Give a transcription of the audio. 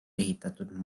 ehitatud